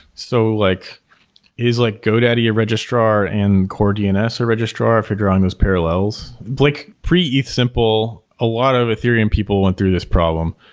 so like is like godaddy a registrar and core dns a registrar if you're drawing those parallels? like pre-ethsimple, a lot of ethereum people went through this problem.